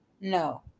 No